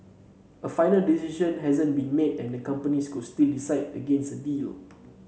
a final decision hasn't been made and the companies could still decide against a deal